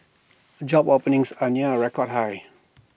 job openings are near A record high